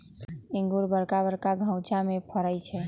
इंगूर बरका बरका घउछामें फ़रै छइ